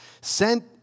sent